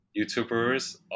youtubers